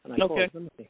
Okay